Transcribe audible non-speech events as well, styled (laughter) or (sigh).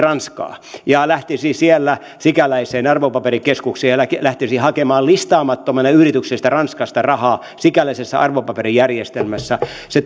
ranskaan ja lähtisi siellä sikäläiseen arvopaperikeskukseen ja lähtisi hakemaan listaamattomalle yritykselle sieltä ranskasta rahaa sikäläisessä arvopaperijärjestelmässä se (unintelligible)